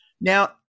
Now